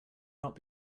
not